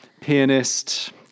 pianist